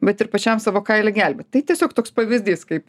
bet ir pačiam savo kailį gelbėt tai tiesiog toks pavyzdys kaip